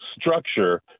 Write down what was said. structure